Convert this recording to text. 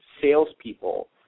Salespeople